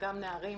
גם נערים